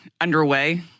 underway